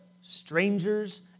strangers